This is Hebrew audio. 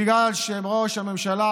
בגלל שראש הממשלה,